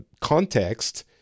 context